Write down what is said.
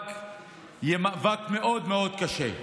המאבק יהיה מאוד מאוד קשה.